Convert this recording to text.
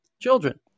children